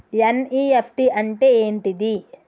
NEFT అంటే ఏంటిది?